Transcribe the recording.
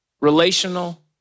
Relational